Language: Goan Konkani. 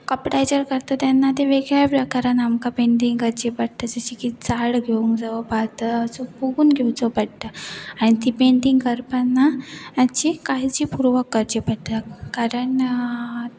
कपडाय जर करता तेन्ना ते वेगळ्या प्रकारान आमकां पेंटींग करची पडटा जशें की झाड घेवंक जावं पातळ असो पोगून घेवचो पडटा आनी ती पेंटींग करपाना हाची काळजी पुर्वक करची पडटा कारण